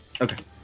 Okay